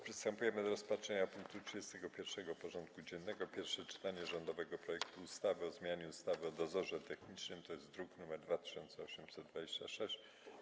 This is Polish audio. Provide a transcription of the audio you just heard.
Przystępujemy do rozpatrzenia punktu 31. porządku dziennego: Pierwsze czytanie rządowego projektu ustawy o zmianie ustawy o dozorze technicznym (druk nr 2826)